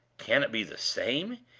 can it be the same?